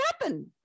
happen